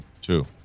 Two